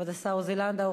כבוד השר עוזי לנדאו,